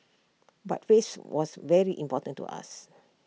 but face was very important to us